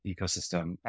ecosystem